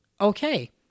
okay